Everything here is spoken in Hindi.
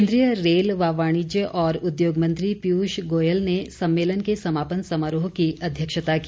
केंद्रीय रेल व वाणिज्य और उद्योग मंत्री पीयूष गोयल ने सम्मेलन के समापन समारोह की अध्यक्षता की